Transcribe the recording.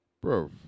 bro